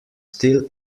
still